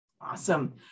Awesome